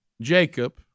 Jacob